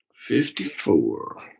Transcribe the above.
Fifty-four